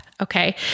okay